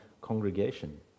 congregation